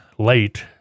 Late